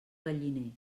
galliner